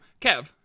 Kev